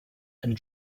and